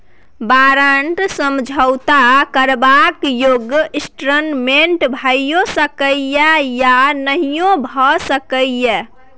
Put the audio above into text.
बारंट समझौता करबाक योग्य इंस्ट्रूमेंट भइयो सकै यै या नहियो भए सकै यै